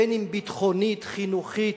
בין אם ביטחונית, חינוכית,